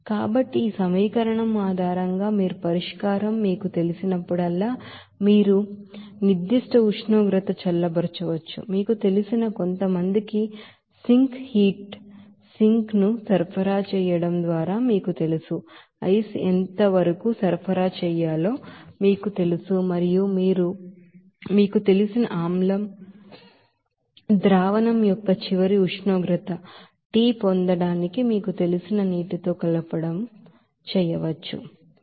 కాబట్టి ఈ సమీకరణం ఆధారంగా మీరు పరిష్కారం మీకు తెలిసినప్పుడల్లా మీరు ఒక నిర్దిష్ట ఉష్ణోగ్రతకు చల్లబరచవచ్చు మీకు తెలిసిన కొంతమందికి సింక్ హీట్ సింక్ ను సరఫరా చేయడం ద్వారా మీకు తెలుసు ఐస్ ఎంత వరకు సరఫరా చేయాలో మీకు తెలుసు మరియు మీకు తెలిసిన ಆಸಿಡ್ ಸೊಲ್ಯೂಷನ್ యొక్క చివరి ఉష్ణోగ్రతను T పొందడానికి మీకు తెలిసిన నీటితో కలపడం ఏమిటి